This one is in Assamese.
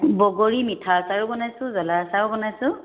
বগৰী মিঠা আচাৰো বনাইছোঁ জ্বলা আচাৰো বনাইছোঁ